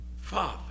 Father